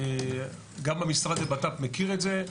גם המשרד לבט"פ מכיר את זה,